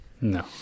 No